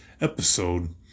episode